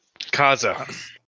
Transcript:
Kaza